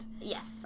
yes